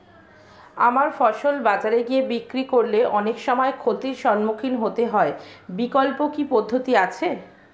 আমার ফসল বাজারে গিয়ে বিক্রি করলে অনেক সময় ক্ষতির সম্মুখীন হতে হয় বিকল্প কি পদ্ধতি আছে?